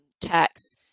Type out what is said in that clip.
tax